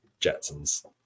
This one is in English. jetsons